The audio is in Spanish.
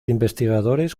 investigadores